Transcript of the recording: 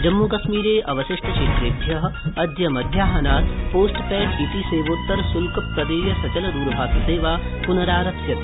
जम्मूकश्मीर अवशिष्टक्षेत्रेभ्यः अद्य मध्याहनात् पोस्टपैड इति सेवोत्तरश्ल्कप्रदेय सचलदरभाषसेवा पुनराप्स्यते